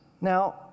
Now